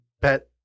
bet